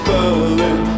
Berlin